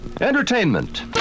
Entertainment